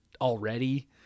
already